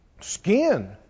Skin